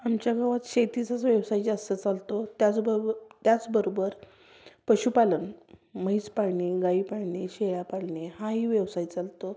आमच्या गावात शेतीचाच व्यवसाय जास्त चालतो त्याचबब त्याचबरोबर पशुपालन म्हैस पाळणे गाई पाळणे शेळया पाळणे हाही व्यवसाय चालतो